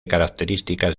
características